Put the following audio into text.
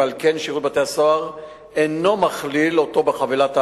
ועל כן שירות בתי-הסוהר אינו מכליל אותו בחבילת הערוצים.